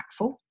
impactful